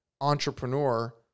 entrepreneur